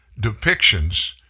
depictions